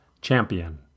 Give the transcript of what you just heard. Champion